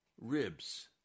ribs